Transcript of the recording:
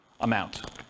amount